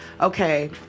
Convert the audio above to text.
okay